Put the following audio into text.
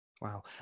Wow